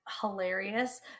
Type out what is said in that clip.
hilarious